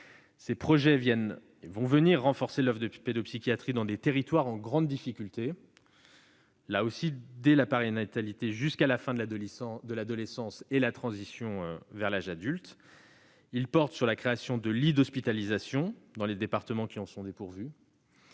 Ces projets vont venir renforcer l'offre de pédopsychiatrie dans des territoires en grande difficulté, là aussi dès la périnatalité jusqu'à la fin de l'adolescence et la transition vers l'âge adulte. Ils portent sur la création de lits d'hospitalisation dans les départements qui en sont dépourvus,